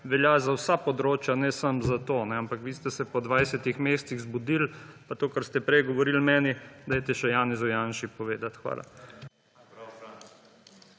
velja za vsa področja, ne samo za to. Ampak vi ste se po 20 mesecih zbudili pa to, kar ste prej govorili meni, dajte še Janezu Janši povedati. Hvala.